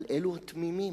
אבל אלו התמימים,